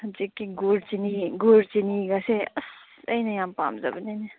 ꯍꯧꯖꯤꯛꯀꯤ ꯒꯣꯔ ꯆꯤꯅꯤ ꯒꯣꯔ ꯆꯤꯅꯤꯒꯁꯦ ꯑꯁ ꯑꯩꯅ ꯌꯥꯝ ꯄꯥꯝꯖꯕꯅꯤꯅꯦ